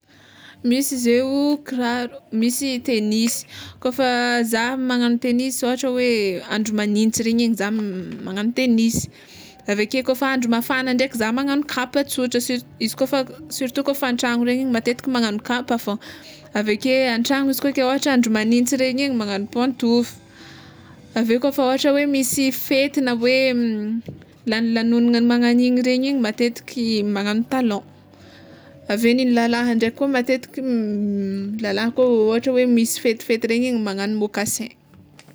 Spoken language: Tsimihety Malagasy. Misy zeo kiraro, misy tenisy, kôfa zah magnagno tenisy ôhatra hoe andro magnintsy regny igny zah magnagno tenisy aveke kôfa andro mafana ndraiky zah magnagno kapa tsotra sur- izy kôfa surtout kôfa an-tragno regny igny matetiky magnagno kapa fôgna, aveke an-tragno izy koa ke ôhatra andro magnintsy regny igny magnagno pantofo, aveo kôfa ôhatra hoe misy fety na hoe lagnolagnonana magnan'igny regny igny matetiky magnagno talon, aveo nin'ny lalah ndraiky koa matetiky lalah koa ôhatra hoe misy fetifety regny igny magnagno moccassin.